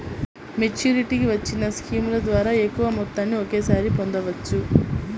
మెచ్యూరిటీకి వచ్చిన స్కీముల ద్వారా ఎక్కువ మొత్తాన్ని ఒకేసారి పొందవచ్చు